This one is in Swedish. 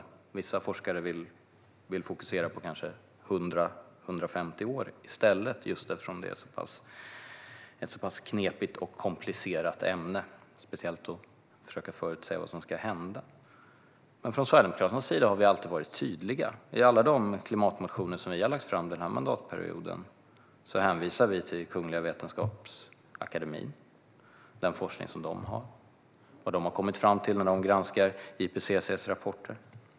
Vissa forskare vill i stället fokusera på kanske 100-150 år eftersom det är ett så pass knepigt och komplicerat ämne - särskilt att försöka förutsäga vad som ska hända. Men från Sverigedemokraternas sida har vi alltid varit tydliga. I alla klimatmotioner som vi har lagt fram denna mandatperiod hänvisar vi till Kungliga Vetenskapsakademiens forskning och vad de har kommit fram till i sin granskning av IPCC:s rapporter.